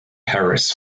harris